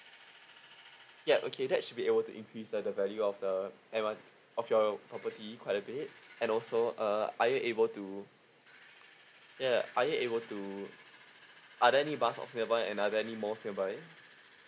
yeah okay that should be able to increase the the value of the advan~ of your property quite a bit and also uh are you able to yeah are you able to are there any bus ops nearby and are there any malls nearby